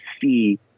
see